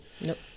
Nope